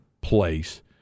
place